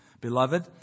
Beloved